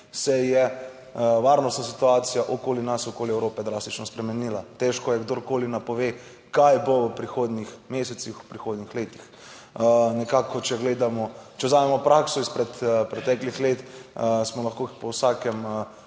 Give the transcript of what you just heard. se je varnostna situacija okoli nas, okoli Evrope drastično spremenila. Težko je kdorkoli napove, kaj bo v prihodnjih mesecih, v prihodnjih letih. Nekako, če gledamo, če vzamemo prakso izpred preteklih let, smo lahko po vsakem